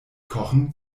kochen